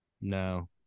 no